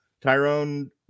Tyrone